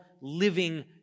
living